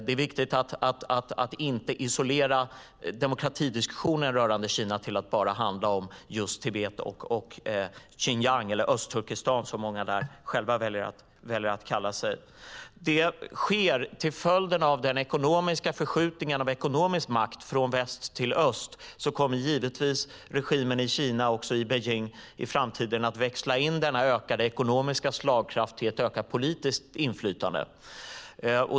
Det är viktigt att inte isolera demokratidiskussionen rörande Kina till att bara handla om just Tibet och Xinjiang, eller Östturkestan som många där själva väljer att kalla det. Till följd av förskjutningen av ekonomisk makt från väst till öst kommer givetvis regimen i Kina och Beijing i framtiden att växla in denna ökade ekonomiska slagkraft till ett ökat politiskt inflytande.